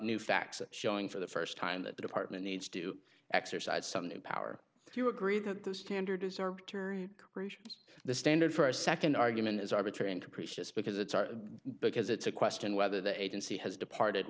new facts showing for the first time that the department needs to exercise some new power if you agree that the standards are regions the standard for a second argument is arbitrary and capricious because it's hard because it's a question whether the agency has departed